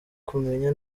kumenya